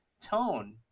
tone